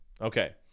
Okay